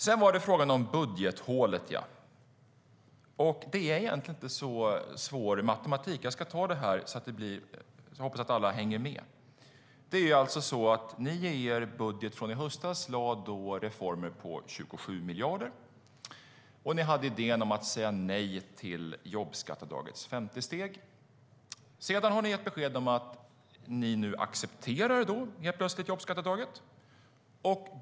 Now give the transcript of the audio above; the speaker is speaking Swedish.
Sedan var det frågan om budgethålet, ja. Det är egentligen inte så svår matematik; jag ska ta det på ett sätt som jag hoppas att alla hänger med i. Ni lade i er budget i höstas fram reformer på 27 miljarder, och ni hade idén om att säga nej till jobbskatteavdragets femte steg. Sedan har ni gett besked om att ni nu plötsligt accepterar jobbskatteavdraget.